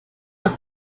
auch